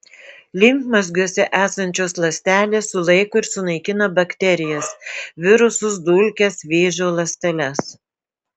limfmazgiuose esančios ląstelės sulaiko ir sunaikina bakterijas virusus dulkes vėžio ląsteles